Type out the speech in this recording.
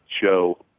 show